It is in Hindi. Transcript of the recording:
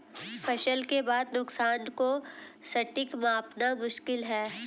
फसल के बाद के नुकसान को सटीक मापना मुश्किल है